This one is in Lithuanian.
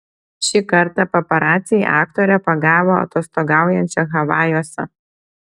šį kartą paparaciai aktorę pagavo atostogaujančią havajuose